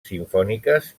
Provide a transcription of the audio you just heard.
simfòniques